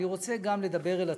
אני רוצה גם לדבר אל עצמנו.